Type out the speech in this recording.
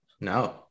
No